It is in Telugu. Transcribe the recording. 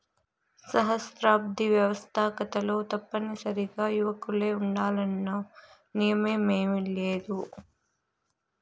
సహస్రాబ్ది వ్యవస్తాకతలో తప్పనిసరిగా యువకులే ఉండాలన్న నియమేమీలేదు